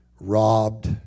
robbed